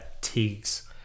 Tiggs